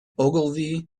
ogilvy